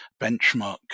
benchmark